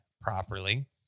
properly